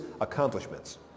accomplishments